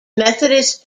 methodist